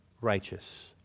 righteous